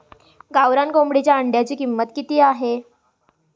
गावरान कोंबडीच्या अंड्याची किंमत किती आहे?